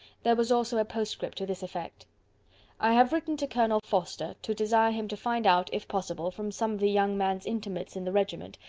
there was also a postscript to this effect i have written to colonel forster to desire him to find out, if possible, from some of the young man's intimates in the regiment,